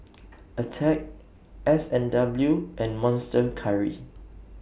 Attack S and W and Monster Curry